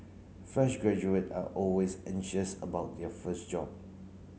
fresh graduate are always anxious about their first job